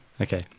Okay